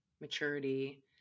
maturity